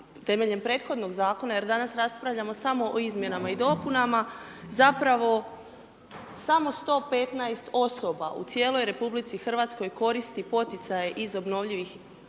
temeljem prethodnog zakona, jer danas raspravljamo samo o izmjenama i dopunama, zapravo samo 115 osoba u cijeloj RH koristi poticaje iz obnovljivih